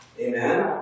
Amen